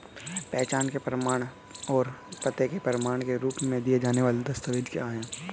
पहचान के प्रमाण और पते के प्रमाण के रूप में दिए जाने वाले दस्तावेज क्या हैं?